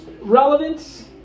relevance